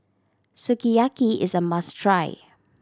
sukiyaki is a must try